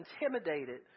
intimidated